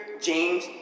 James